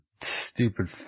stupid